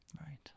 right